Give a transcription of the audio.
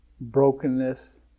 brokenness